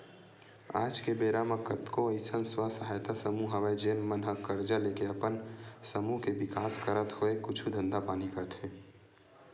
आज के बेरा म कतको अइसन स्व सहायता समूह हवय जेन मन ह करजा लेके अपन समूह के बिकास करत होय कुछु धंधा पानी करथे